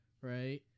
Right